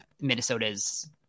Minnesota's